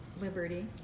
Liberty